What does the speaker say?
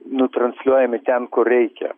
nutransliuojami ten kur reikia